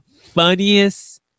funniest